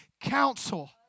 counsel